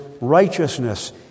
righteousness